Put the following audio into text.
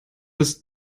des